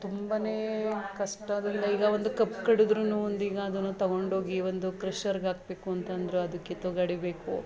ತುಂಬನೇ ಕಷ್ಟದಿಂದ ಈಗ ಒಂದು ಕಬ್ಬು ಕಡಿದ್ರೂ ಒಂದೀಗ ಅದನ್ನು ತೊಗೊಂಡೋಗಿ ಒಂದು ಕ್ರಷರಿಗಾಕ್ಬೇಕು ಅಂತ ಅಂದ್ರು ಅದಕ್ಕೆ ಎತ್ತೋ ಗಾಡಿ ಬೇಕು